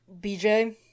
BJ